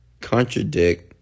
contradict